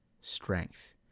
strength